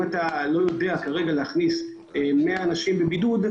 אתה לא יודע להכניס 100 אנשים לבידוד,